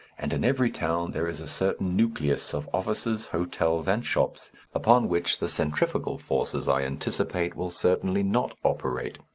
and in every town there is a certain nucleus of offices, hotels, and shops upon which the centrifugal forces i anticipate will certainly not operate.